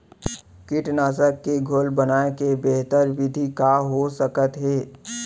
कीटनाशक के घोल बनाए के बेहतर विधि का हो सकत हे?